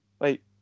wait